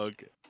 Okay